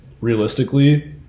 realistically